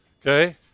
Okay